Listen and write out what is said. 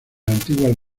antiguas